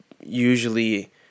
usually